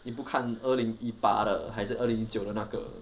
你不看二零一八的还是二零九的那个